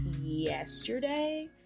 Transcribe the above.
yesterday